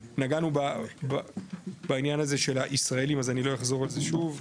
נגענו בעניין הזה של הישראלים אז אני לא אחזור על זה שוב.